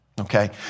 Okay